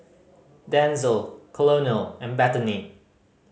Denzel Colonel and Bethany